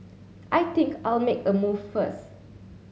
I think I'll make a move first